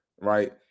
right